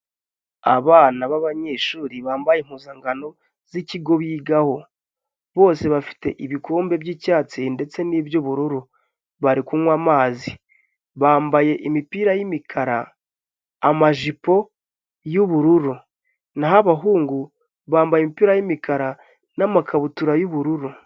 Abana b'abanyeshuri bambaye impuzankano zikigo bigaho, bose bafite ibikombe by'icyatsi ndetse n'iby'ubururu, bari kunywa amazi. Bambaye imipira y'imikara, n'amajipo yubururu, naho abahungu bambaye imipira y'imikara, n'amakabutura y'ubururu.